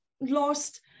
lost